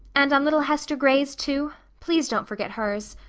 and on little hester gray's too? please don't forget hers.